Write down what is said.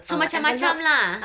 so macam macam lah